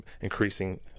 increasing